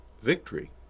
victory